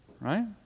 right